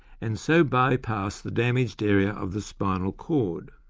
and so bypass the damaged area of the spinal cord.